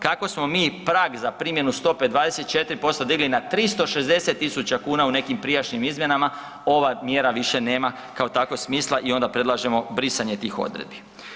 Kako smo mi prag za primjenu stope 24% digli na 360.000 kn u nekim prijašnjim izmjenama ova mjera više nema kao takva smisla i onda predlažemo brisanje tih odredbi.